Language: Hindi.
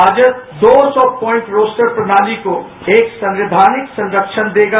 राजद दो सौ पाइट रोस्टर प्रणाली को एक संवैधानिक संरक्षण देगा